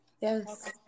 yes